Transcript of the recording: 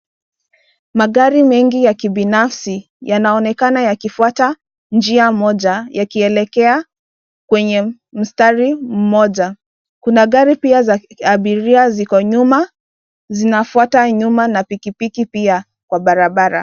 Magari mengi ya kibinafsi yanaonekana yakifwata njia moja yakielekea kwenye mstari mmoja. Kuna gari pia za abiria ziko nyuma zinafwata nyuma na pikipiki pia kwa barabara.